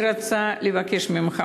אני רוצה לבקש ממך,